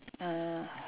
uh